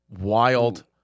wild